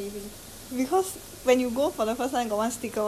oh I don't know I never nobody tell me anything